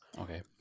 Okay